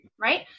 right